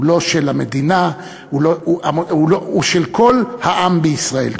הוא לא של המדינה, הוא של כל העם בישראל.